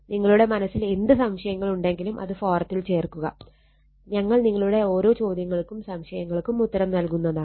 നിങ്ങളുടെ മനസ്സിൽ എന്ത് സംശയങ്ങൾ ഉണ്ടെങ്കിലും അത് ഫോറത്തിൽ ചേർക്കുക ഞങ്ങൾ നിങ്ങളുടെ ഓരോ ചോദ്യങ്ങൾക്കും സംശയങ്ങൾക്കും ഉത്തരം നൽകുന്നതാണ്